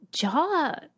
jaw